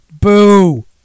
boo